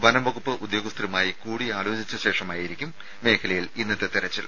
വനംവകുപ്പ് ഉദ്യോഗസ്ഥരുമായി കൂടിയാലോചിച്ച ശേഷമായിരിക്കും മേഖലയിൽ ഇന്നത്തെ തെരച്ചിൽ